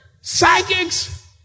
Psychics